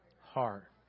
heart